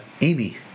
Amy